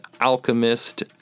alchemist